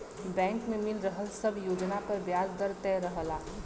bank में मिल रहल सब योजना पर ब्याज दर तय रहला